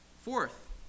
Fourth